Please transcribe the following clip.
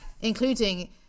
including